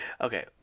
Okay